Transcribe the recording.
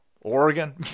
Oregon